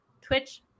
twitch